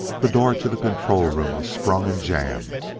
the door to the control room was sprung and jammed.